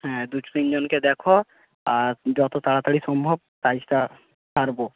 হ্যাঁ দু তিনজনকে দেখো আর যত তাড়াতাড়ি সম্ভব কাজটা সারব